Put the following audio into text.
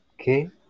Okay